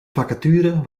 vacature